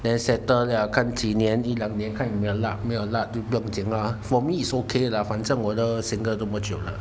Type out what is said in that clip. then settle 了看几年一两年看有没有没有 luck 没有 luck 就不用紧咯 for me it's okay 啦反正我都 single 这么久了